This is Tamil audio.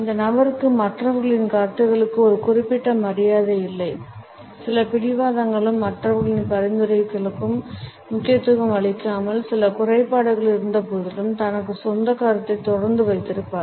இந்த நபருக்கு மற்றவர்களின் கருத்துக்களுக்கு ஒரு குறிப்பிட்ட மரியாதை இல்லை சில பிடிவாதங்களும் மற்றவர்களின் பரிந்துரைகளுக்கு முக்கியத்துவம் அளிக்காமல் சில குறைபாடுகள் இருந்தபோதிலும் தனது சொந்த கருத்தை தொடர்ந்து வைத்திருப்பார்